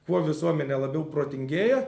kuo visuomenė labiau protingėja